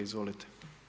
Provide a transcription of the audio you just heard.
Izvolite.